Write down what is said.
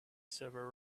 server